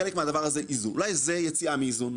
אולי זה יציאה מאיזון,